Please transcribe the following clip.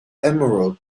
emerald